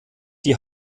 die